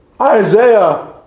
Isaiah